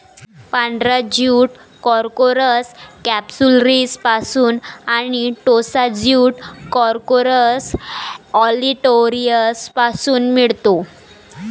पांढरा jute corchorus कॅप्सुलरिसपासून आणि टोसा ज्यूट कॉर्कोरस ऑलिटोरियसपासून मिळतो